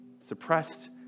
Suppressed